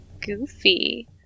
goofy